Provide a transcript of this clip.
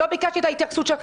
לא ביקשתי את ההתייחסות שלך.